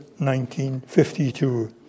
1952